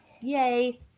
Yay